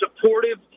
supportive